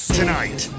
tonight